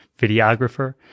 videographer